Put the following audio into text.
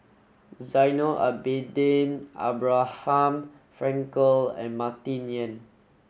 Zainal Abidin Abraham Frankel and Martin Yan